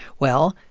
well,